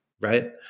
Right